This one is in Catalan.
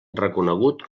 reconegut